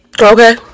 Okay